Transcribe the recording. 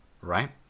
Right